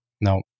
No